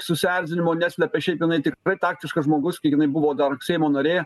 susierzinimo neslepia šiaip jinai tikrai taktiškas žmogus kiek jinai buvo dar seimo narė